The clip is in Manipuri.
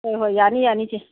ꯍꯣꯏ ꯍꯣꯏ ꯌꯥꯅꯤ ꯌꯥꯅꯤ ꯏꯆꯦ